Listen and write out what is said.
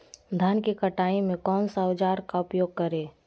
धान की कटाई में कौन सा औजार का उपयोग करे?